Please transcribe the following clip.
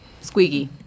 Squeaky